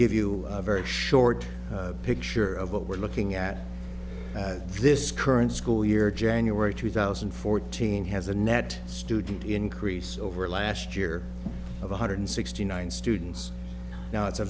give you a very short picture of what we're looking at at this current school year january two thousand and fourteen has a net student increase over last year of one hundred sixty nine students now it's a